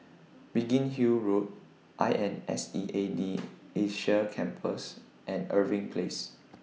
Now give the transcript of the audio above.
Biggin Hill Road I N S E A D Asia Campus and Irving Place